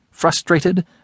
frustrated